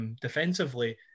defensively